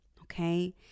okay